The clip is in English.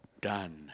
done